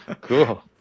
Cool